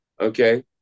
Okay